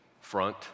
front